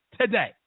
today